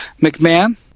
McMahon